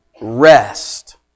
rest